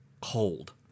cold